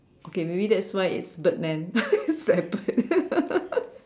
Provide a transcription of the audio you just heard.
okay maybe that's why it's Birdman that bird